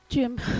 Jim